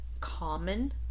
common